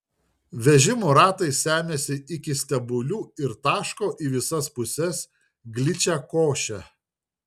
vežimų ratai semiasi iki stebulių ir taško į visas puses gličią košę